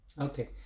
Okay